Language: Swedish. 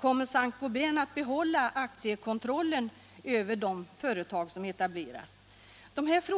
Kommer Saint Gobain att behålla aktiekontrollen över de företag som etableras? Alltför